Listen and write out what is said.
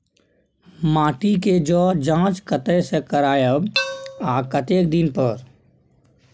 माटी के ज जॉंच कतय से करायब आ कतेक दिन पर?